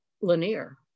linear